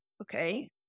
okay